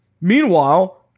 Meanwhile